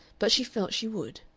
but she felt she would.